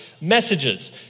messages